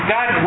God